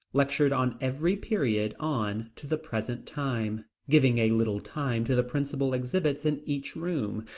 lectured on every period on to the present time, giving a little time to the principal exhibits in each room,